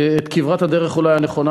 את כברת הדרך הנכונה.